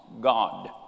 God